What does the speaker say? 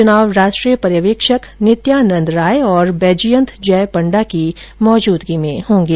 चुनाव राष्ट्रीय पर्यवेक्षक नित्यानन्द राय और बैजयंत जय पण्डा की उपस्थिति में होंगे